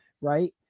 right